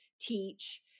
teach